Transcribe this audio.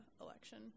election